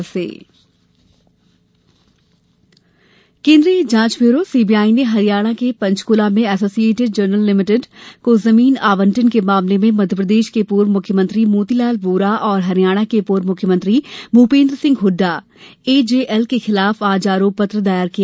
CBI केंद्रीय जांच ब्यूरो सीबीआई ने हरियाणा के पंचकूला में एसोसिएटेड जर्नल्स लिमिटेड एजेएल को जमीन आवंटन के मामले में मध्यप्रदेश के पूर्व मुख्यमंत्री मोतीलाल वोरा और हरियाणा के पूर्व मुख्यमंत्री भूपेंद्र सिंह हुड्डा एजेएल के खिलाफ आज आरोप पत्र दायर किया